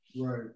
Right